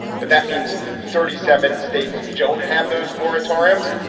but that means thirty seven states don't have those moratoriums.